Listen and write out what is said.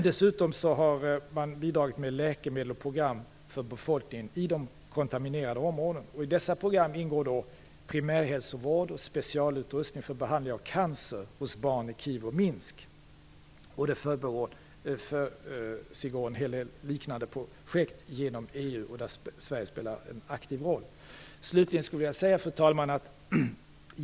Dessutom har man bidragit med läkemedel och program för befolkningen i de kontaminerade områdena. I de programmen ingår primärhälsovård och specialutrustning för behandling av cancer hos barn i Kijev och Minsk. Det försiggår en hel del liknande projekt genom EU där Sverige spelar en aktiv roll. Fru talman!